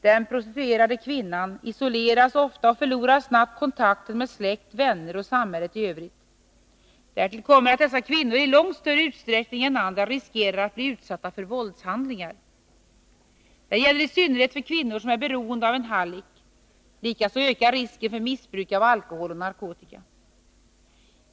Den prostituerade kvinnan isoleras ofta och förlorar snabbt 11 Riksdagens protokoll 1981/82:158-159 kontakten med släkt, vänner och samhället i övrigt. Därtill kommer att dessa kvinnor, i långt större utsträckning än andra, riskerar att bli utsatta för våldshandlingar. Detta gäller i synnerhet kvinnor som är beroende av en hallick. Likaså ökar risken för missbruk av alkohol och narkotika.